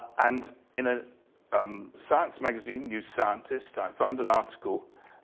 and in a um science magazine, new scientist, i found an article.